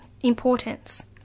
importance